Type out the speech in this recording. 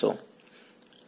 વિદ્યાર્થી